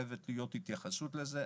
חייבת להיות התייחסות לזה.